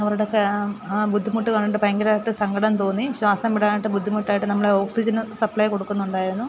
അവരുടെയൊക്കെ ആ ആ ബുദ്ധിമുട്ടു കണ്ട് ഭയങ്കരമായിട്ടു സങ്കടം തോന്നി ശ്വാസം വിടാനായിട്ടു ബുദ്ധിമുട്ടായിട്ട് നമ്മൾ ഓക്സിജൻ സപ്ലെ കൊടുക്കുന്നുണ്ടായിരുന്നു